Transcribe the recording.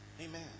amen